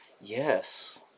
Yes